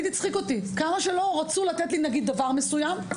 כמה שלא רציתם לתת לי דבר מסוים,